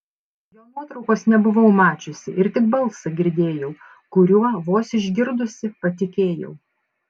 jo nuotraukos nebuvau mačiusi ir tik balsą girdėjau kuriuo vos išgirdusi patikėjau